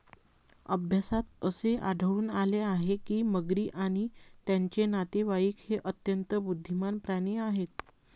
अभ्यासात असे आढळून आले आहे की मगरी आणि त्यांचे नातेवाईक हे अत्यंत बुद्धिमान प्राणी आहेत